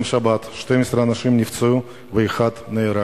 יום שבת, 12 אנשים נפצעו ואחד נהרג,